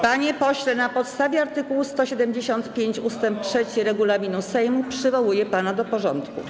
Panie pośle, na podstawie art. 175 ust. 3 regulaminu Sejmu przywołuję pana do porządku.